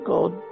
God